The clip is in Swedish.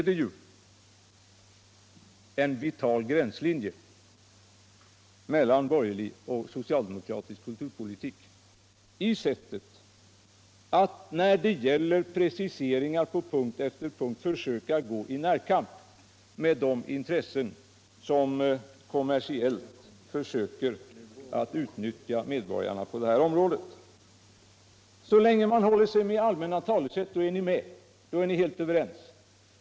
Det går en klar gränslinje mellan borgerlig och socialdemokratisk kulturpolitik när det gäller preciseringar och att på punkt efter punkt försöka gå i närkamp med de intressen som kommersiellt försöker utnyttja medborgarna på detta område. Så länge det gäller allmänna talesätt är ni med och helt överens.